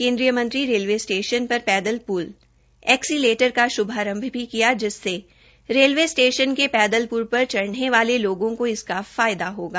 केंद्रीय मंत्री railway station पर पैदल पुल एक्सीलेटर का शुभारंभ भी किया जिससे रेलवे स्टेशन के पैदल पुल पर चढ़ने वाले लोगों को लाभ मिल सकेगा